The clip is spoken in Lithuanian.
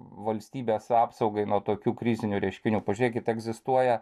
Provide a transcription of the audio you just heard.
valstybės apsaugai nuo tokių krizinių reiškinių pažiūrėkit egzistuoja